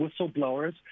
whistleblowers